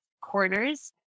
corners